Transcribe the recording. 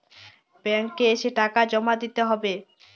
Bank এ এসে টাকা জমা দিতে হবে?